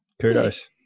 kudos